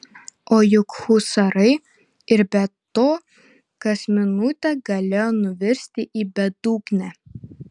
o juk husarai ir be to kas minutė galėjo nuvirsti į bedugnę